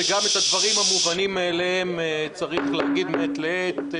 שגם את הדברים המובנים אליהם צריך להגיד מעת לעת.